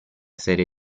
serie